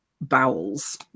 bowels